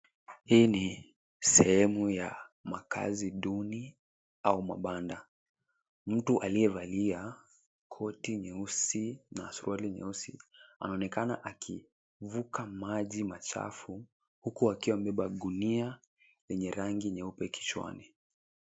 Hii ni sehemu ya makazi duni au mabanda. Mtu aliyevalia koti nyeusi na suruali nyeusi anaonekana akivuka maji machafu huku akiwa amebeba gunia yenye rangi nyeupe kichwani.